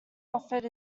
offered